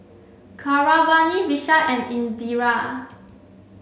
Keeravani Vishal and Indira